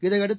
இதையடுத்து